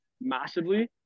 massively